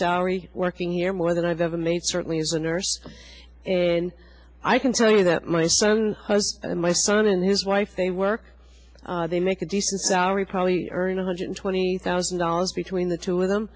salary working here more than i've ever made certainly as a nurse and i can tell you that my son and my son and his wife they work they make a decent salary probably earning one hundred twenty thousand dollars between the two of them